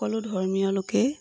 সকলো ধৰ্মীয় লোকেই